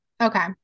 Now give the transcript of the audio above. Okay